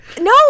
No